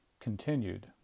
continued